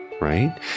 right